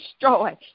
destroyed